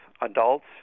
adults